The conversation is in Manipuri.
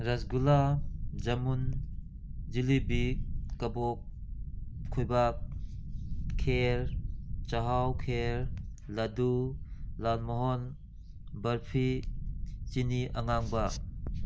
ꯔꯁꯒꯨꯂꯥ ꯖꯃꯨꯟ ꯖꯤꯂꯤꯕꯤ ꯀꯕꯣꯛ ꯈꯣꯏꯕꯥꯛ ꯈꯦꯔ ꯆꯥꯛꯍꯥꯎ ꯈꯦꯔ ꯂꯗꯨ ꯂꯥꯜ ꯃꯣꯍꯣꯟ ꯕꯔꯐꯤ ꯆꯤꯅꯤ ꯑꯉꯥꯡꯕ